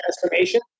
transformation